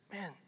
Man